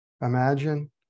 Imagine